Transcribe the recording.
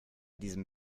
diesem